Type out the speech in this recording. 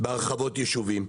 בהרחבות יישובים.